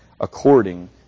according